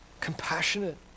compassionate